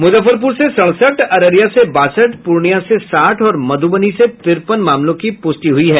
मुजफ्फरपुर से सड़सठ अररिया से बासठ पूर्णियां से साठ और मधुबनी से तिरपन मामलों की पुष्टि हुई है